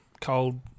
cold